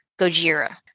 Gojira